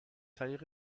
طریق